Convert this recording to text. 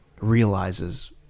realizes